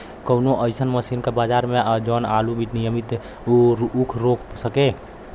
कवनो अइसन मशीन ह बजार में जवन आलू नियनही ऊख रोप सके?